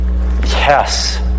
yes